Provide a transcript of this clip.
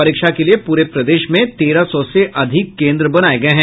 परीक्षा के लिये पूरे प्रदेश में तेरह सौ से अधिक केंद्र बनाये गये हैं